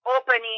opening